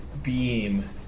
beam